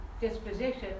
disposition